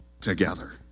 together